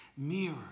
Mirror